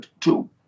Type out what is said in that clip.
two